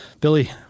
Billy